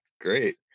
great